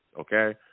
okay